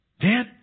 Dad